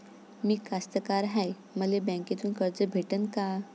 मी कास्तकार हाय, मले बँकेतून कर्ज भेटन का?